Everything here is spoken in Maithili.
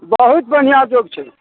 बहुत बढ़िआँ योग छै